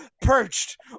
perched